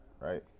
right